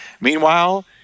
Meanwhile